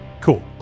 Cool